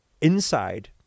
inside